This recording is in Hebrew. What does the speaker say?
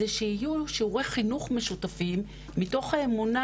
זה שיהיו שיעורי חינוך משותפים מתוך האמונה,